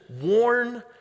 worn